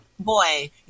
boy